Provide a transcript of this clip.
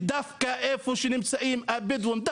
ודווקא איפה שנמצאים הבדואים,